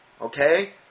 Okay